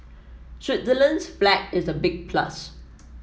Switzerland's flag is a big plus